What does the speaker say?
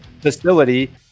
facility